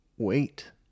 wait